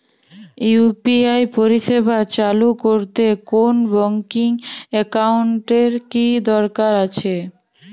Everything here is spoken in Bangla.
ইউ.পি.আই পরিষেবা চালু করতে কোন ব্যকিং একাউন্ট এর কি দরকার আছে?